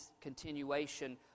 continuation